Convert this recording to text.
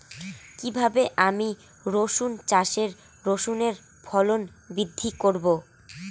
কীভাবে আমি রসুন চাষে রসুনের ফলন বৃদ্ধি করব?